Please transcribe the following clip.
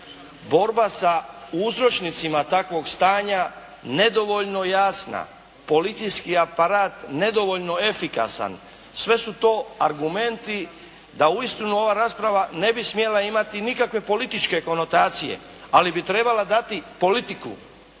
borba sa uzročnicima takvog stanja nedovoljno jasna, policijski aparat nedovoljno efikasan. Sve su to argumenti da uistinu ova rasprava ne bi smjela imati nikakve političke konotacije ali bi trebala dati politiku